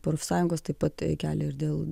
profsąjungos taip pat kelia ir dėl